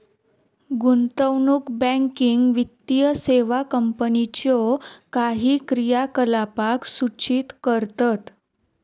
गुंतवणूक बँकिंग वित्तीय सेवा कंपनीच्यो काही क्रियाकलापांक सूचित करतत